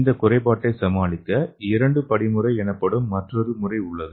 இந்த குறைபாட்டை சமாளிக்க இரண்டு படி முறை எனப்படும் மற்றொரு முறை உள்ளது